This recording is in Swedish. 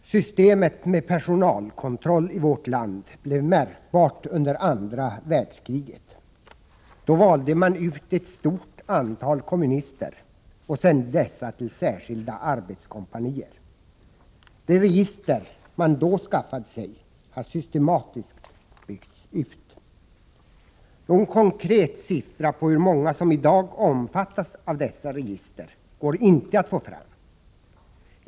Fru talman! Systemet med personalkontroll i vårt land blev märkbart under andra världskriget. Då valde man ut ett stort antal kommunister och sände dessa till särskilda arbetskompanier. De register man då skaffade sig har systematiskt byggts ut. Någon konkret siffra på hur många som i dag omfattas av dessa register går inte att få fram.